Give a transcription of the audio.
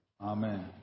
Amen